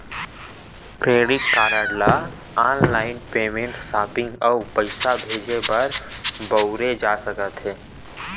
credit card ल online payment, shopping अउ पइसा भेजे बर बउरे जा सकत हे